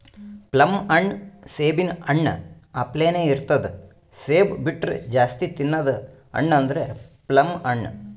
plum ಹಣ್ಣ್ ಸೇಬಿನ್ ಹಣ್ಣ ಅಪ್ಲೆನೇ ಇರ್ತದ್ ಸೇಬ್ ಬಿಟ್ರ್ ಜಾಸ್ತಿ ತಿನದ್ ಹಣ್ಣ್ ಅಂದ್ರ ಪ್ಲಮ್ ಹಣ್ಣ್